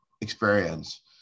experience